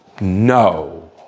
No